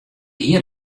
hie